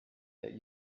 that